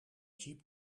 jeep